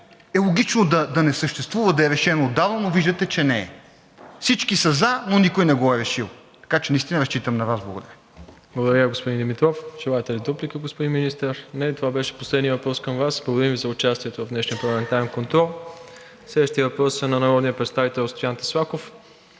е логично да не съществува, да е решен отдавна, но виждате, че не е. Всички са „за“, но никой не го е решил. Така че наистина разчитам на Вас. Благодаря. ПРЕДСЕДАТЕЛ МИРОСЛАВ ИВАНОВ: Благодаря, господин Димитров. Желаете ли дуплика, господин Министър? Не. Това беше последният въпрос към Вас. Благодаря Ви за участието в днешния парламентарен контрол. Следващият въпрос е на народния представител Стоян Таслаков